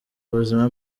ubuzima